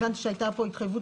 הבנתי שהייתה פה התחייבות